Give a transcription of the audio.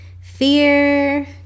fear